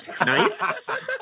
Nice